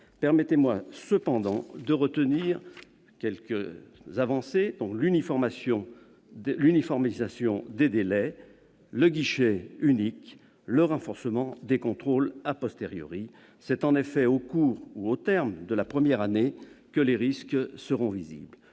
Permettez-moi, pour ma part, de retenir quelques avancées : l'uniformisation des délais, le guichet unique et le renforcement des contrôles. C'est en effet au cours ou au terme de la première année que les risques seront visibles.